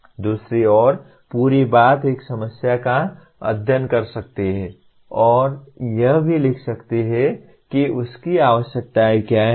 दूसरी और पूरी बात एक समस्या का अध्ययन कर सकती है और यह भी लिख सकती है कि उसकी आवश्यकताएं क्या हैं